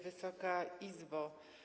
Wysoka Izbo!